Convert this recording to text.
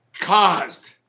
caused